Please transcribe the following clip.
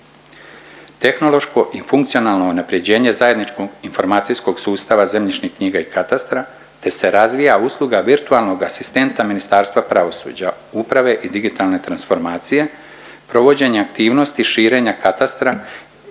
Tehnološko i funkcionalno unapređenje zajedničkog informacijskog sustava zemljišnih knjiga i katastra te se razvija usluga virtualnog asistenta Ministarstva pravosuđa, uprave i digitalne transformacije, provođenja aktivnosti širenja katastra